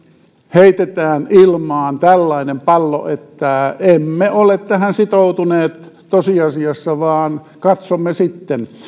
heitetään ilmaan tällainen pallo että emme ole tähän sitoutuneet tosiasiassa vaan katsomme sitten